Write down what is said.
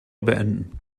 beenden